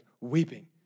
weeping